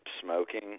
smoking